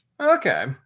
Okay